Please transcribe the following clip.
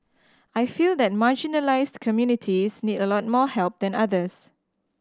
I feel that marginalised communities need a lot more help than others